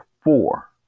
four